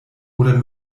oder